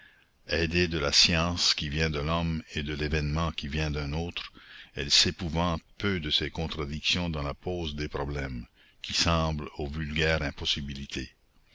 aidée de la science qui vient de l'homme et de l'événement qui vient d'un autre elle s'épouvante peu de ces contradictions dans la pose des problèmes qui semblent au vulgaire impossibilités